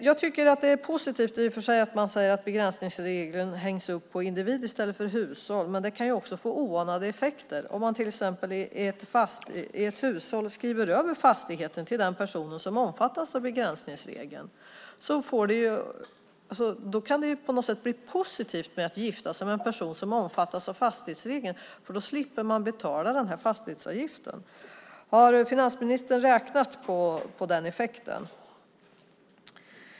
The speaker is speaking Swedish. Jag tycker att det är positivt i och för sig att man säger att begränsningsregeln hängs upp på individ i stället för hushåll, men det kan få oanade effekter. Om man i ett hushåll skriver över fastigheten till den person som omfattas av begränsningsregeln kan det bli positivt att gifta sig med en person som omfattas av fastighetsregeln. Då slipper man att betala den här fastighetsavgiften. Har finansministern räknat på den effekten?